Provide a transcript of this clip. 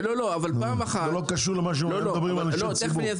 זה לא קשור למה שמדברים על אנשי ציבור.